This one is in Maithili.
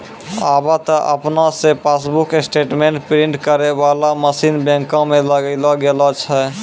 आबे त आपने से पासबुक स्टेटमेंट प्रिंटिंग करै बाला मशीन बैंको मे लगैलो गेलो छै